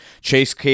Chase